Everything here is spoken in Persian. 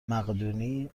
مقدونی